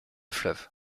fleuve